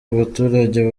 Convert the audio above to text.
abaturage